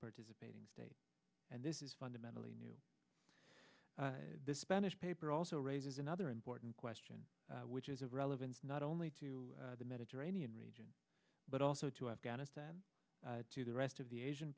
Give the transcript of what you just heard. participating state and this is fundamentally new the spanish paper also raises another important question which is of relevance not only to the mediterranean region but also to afghanistan to the rest of the asian